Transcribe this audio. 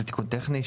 זה תיקון טכני.